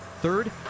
Third